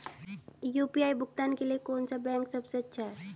UPI भुगतान के लिए कौन सा बैंक सबसे अच्छा है?